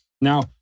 Now